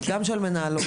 גם של מנהלות.